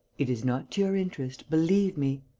it is not to your interest, believe me.